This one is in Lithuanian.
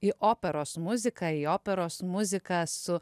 į operos muziką į operos muziką su